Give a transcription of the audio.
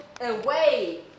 away